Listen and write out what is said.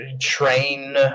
Train